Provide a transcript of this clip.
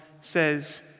says